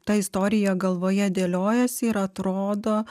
ta istorija galvoje dėliojosi ir atrodo